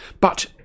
But—